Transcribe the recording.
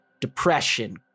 depression